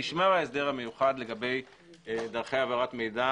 נשמר ההסדר המיוחד לגבי דרכי העברת מידע